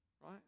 right